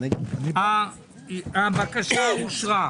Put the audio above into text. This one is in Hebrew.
הצבעה הבקשה אושרה.